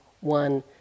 one